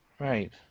right